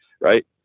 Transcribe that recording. right